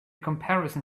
comparison